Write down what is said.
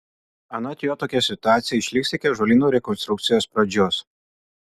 anot jo tokia situacija išliks iki ąžuolyno rekonstrukcijos pradžios